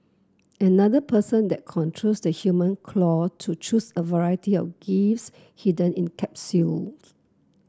another person then controls the human claw to choose a variety of gifts hidden in capsules